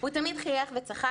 "הוא תמיד חייך וצחק,